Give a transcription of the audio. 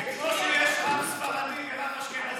כמו שיש רב ספרדי ורב אשכנזי.